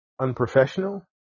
unprofessional